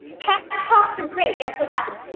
pep talks are great, guess what happens,